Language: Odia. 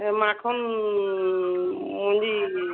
ମାଖନ୍ ମଞ୍ଜି